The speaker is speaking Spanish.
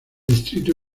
distrito